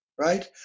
right